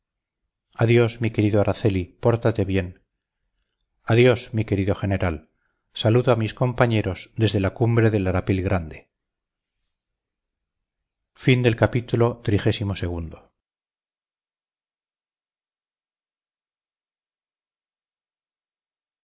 adiós mi querido araceli pórtate bien adiós mi querido general saludo a mis compañeros desde la cumbre del arapil grande